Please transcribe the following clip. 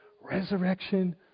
resurrection